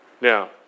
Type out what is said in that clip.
Now